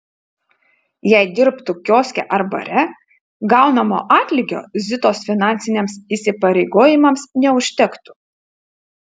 jei dirbtų kioske ar bare gaunamo atlygio zitos finansiniams įsipareigojimams neužtektų